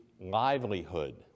livelihood